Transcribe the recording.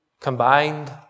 combined